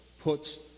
puts